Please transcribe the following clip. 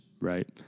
right